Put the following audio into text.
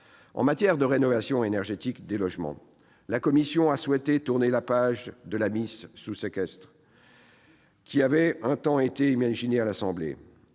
En matière de rénovation énergétique des logements, la commission a souhaité tourner la page de la mise sous séquestre, qui avait un temps été imaginée à l'Assemblée